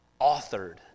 authored